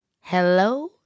Hello